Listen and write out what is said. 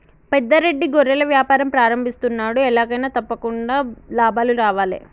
పెద్ద రెడ్డి గొర్రెల వ్యాపారం ప్రారంభిస్తున్నాడు, ఎలాగైనా తప్పకుండా లాభాలు రావాలే